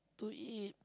to eat